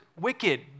wicked